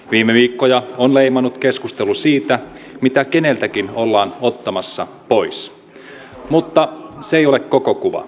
viime viikkoja on leimannut keskustelu siitä mitä keneltäkin ollaan ottamassa pois mutta se ei ole koko kuva